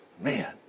Man